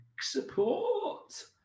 Support